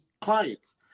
clients